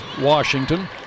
Washington